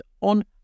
on